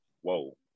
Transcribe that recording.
whoa